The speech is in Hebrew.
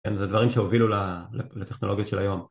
כן, זה דברים שהובילו לטכנולוגיות של היום